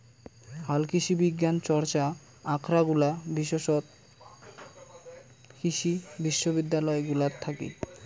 হালকৃষিবিজ্ঞান চর্চা আখরাগুলা বিশেষতঃ কৃষি বিশ্ববিদ্যালয় গুলাত থাকি